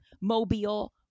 Mobile